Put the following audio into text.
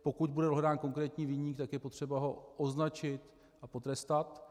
Pokud bude dohledán konkrétní viník, tak je potřeba ho označit a potrestat.